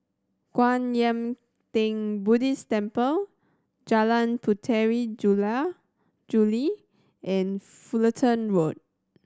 Kwan Yam Theng Buddhist Temple Jalan Puteri Jula Juli and Fullerton Road